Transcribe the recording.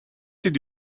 did